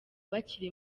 bakiri